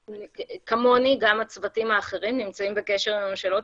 כמוני גם הצוותים האחרים נמצאים בקשר עם הממשלות,